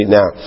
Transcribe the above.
now